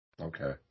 Okay